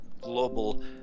global